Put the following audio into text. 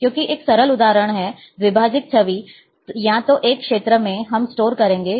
क्योंकि एक सरल उदाहरण है द्विभाजिक छवि या तो 1 क्षेत्र में हम स्टोर करेंगे